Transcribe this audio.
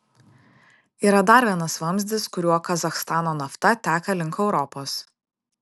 yra dar vienas vamzdis kuriuo kazachstano nafta teka link europos